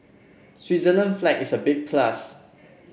Switzerland flag is a big plus